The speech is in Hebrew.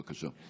בבקשה.